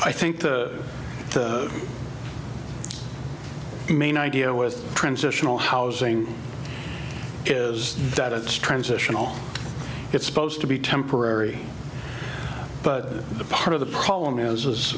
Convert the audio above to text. i think the main idea with transitional housing is that it's transitional it's supposed to be temporary but part of the problem is is